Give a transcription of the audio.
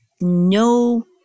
no